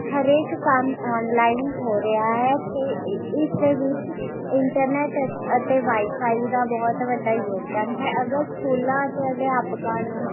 ਹਰੇਕ ਕੰਮ ਔਨਲਾਈਨ ਹੋ ਰਿਹਾ ਹੈ ਅਤੇ ਇਸ ਦੇ ਵਿੱਚ ਇੰਟਰਨੈੱਟ ਅਤੇ ਵਾਈਫਾਈ ਦਾ ਬਹੁਤ ਵੱਡਾ ਯੋਗਦਾਨ ਹੈ ਅਗਰ ਸਕੂਲਾਂ ਅਤੇ ਅਧਿਆਪਕਾਂ ਨੂੰ